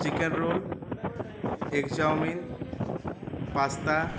chicken roll egg chowmein pasta